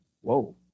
whoa